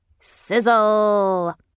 Sizzle